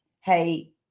hey